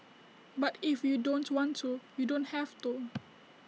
but if you don't want to you don't have to